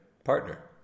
Partner